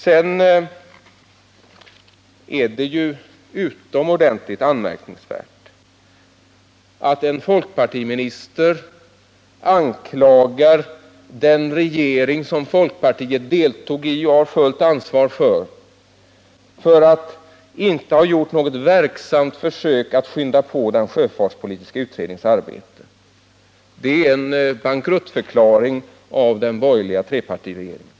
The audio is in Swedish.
Sedan är det utomordentligt anmärkningsvärt att en folkpartiminister anklagar den regering, som folkpartiet deltog i och har fullt ansvar för, för att inte ha gjort något verksamt försök att skynda på den sjöfartspolitiska utredningens arbete. Det är en bankruttförklaring av den borgerliga trepartiregeringen.